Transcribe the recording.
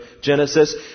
Genesis